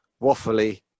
waffly